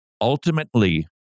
Ultimately